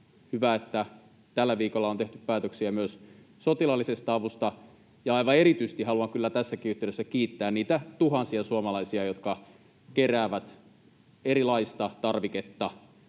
Hyvä, että tällä viikolla on tehty päätöksiä myös sotilaallisesta avusta, ja aivan erityisesti haluan kyllä tässäkin yhteydessä kiittää niitä tuhansia suomalaisia, jotka keräävät erilaista tarviketta